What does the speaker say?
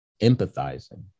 empathizing